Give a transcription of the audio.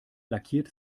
lackiert